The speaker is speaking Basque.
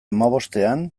hamabostean